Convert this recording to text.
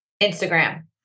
Instagram